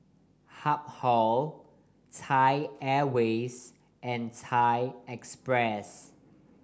Habhal Thai Airways and Thai Express